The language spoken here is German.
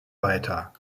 weiter